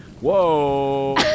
whoa